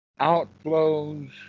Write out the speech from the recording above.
outflows